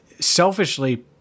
selfishly